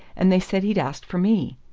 and they said he'd asked for me.